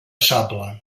sable